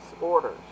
orders